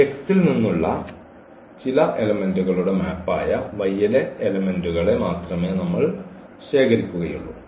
അതിനാൽ ഈ X ൽ നിന്നുള്ള ചില എലെമെന്റുകളുടെ മാപ്പായ Y ലെ എലെമെന്റുകളെ മാത്രമേ നമ്മൾ ശേഖരിക്കുകയുള്ളൂ